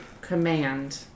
command